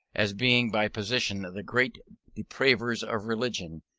as being by position the great depravers of religion,